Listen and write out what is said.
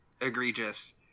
egregious